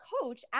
coach